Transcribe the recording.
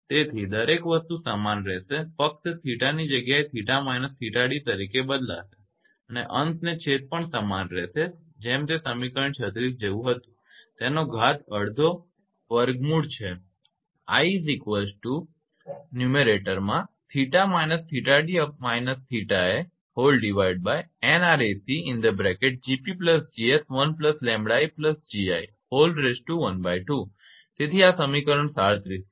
તેથી દરેક વસ્તુ સમાન રહશે ફક્ત એક જ 𝜃 ની જગ્યાએ 𝜃−𝜃𝑑 તરીકે બદલાશે અને અંશ ને છેદ એ સમાન રહેશે જેમ તે સમીકરણ 36 જેવું હતું અને તેનો ઘાત અડધો કે જે વર્ગમૂળ છે તેથી આ સમીકરણ 37 છે